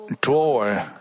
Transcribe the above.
drawer